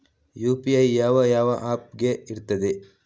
UPI ಯಾವ ಯಾವ app ಗೆ ಇರ್ತದೆ?